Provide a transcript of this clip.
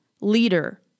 leader